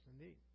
indeed